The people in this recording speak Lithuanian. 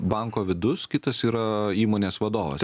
banko vidus kitas yra įmonės vadovas